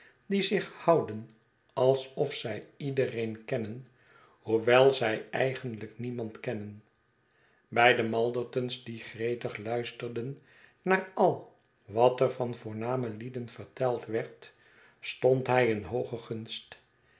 die zich houden alsof zij iedereen kennen hoewel zij eigenlijk niemand kennen by de malderton's die gretig luisterden naar al wat er van voorname lieden verteld werd stond hij in hooge gunst